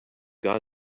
got